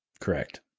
Correct